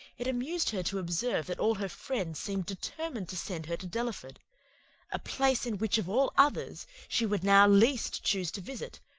it amused her to observe that all her friends seemed determined to send her to delaford a place, in which, of all others, she would now least chuse to visit,